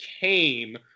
came